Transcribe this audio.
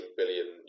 billion